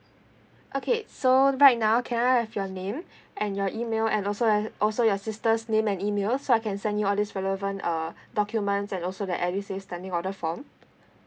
okay so right now can I have your name and your email and also and also your sister's name and email so I can send you all this relevant uh documents and also that edusave standing order form